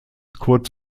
kurz